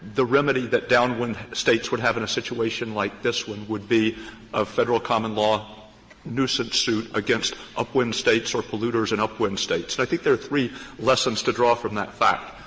remedy that downwind states would have in a situation like this one would be a federal common law nuisance suit against upwind states or polluters in upwind states. and i think there are three lessons to draw from that fact.